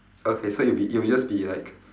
okay so it'll be it'll just be like